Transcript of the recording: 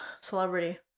celebrity